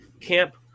camp